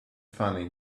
funny